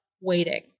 waiting